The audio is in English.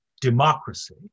democracy